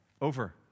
over